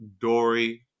Dory